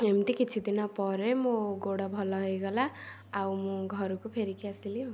ଏମିତି କିଛି ଦିନ ପରେ ମୋ ଗୋଡ଼ ଭଲ ହେଇଗଲା ଆଉ ମୁଁ ଘରକୁ ଫେରିକି ଆସିଲି ଆଉ